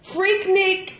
Freaknik